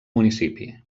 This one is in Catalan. municipi